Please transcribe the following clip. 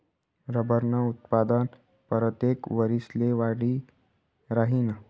रबरनं उत्पादन परतेक वरिसले वाढी राहीनं